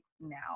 now